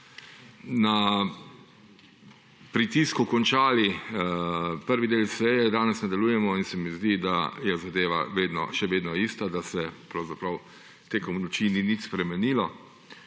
na pritisku končali prvi del seje, danes nadaljujemo in se mi zdi, da je zadeva še vedno ista, da se tekom noči ni nič spremenilo.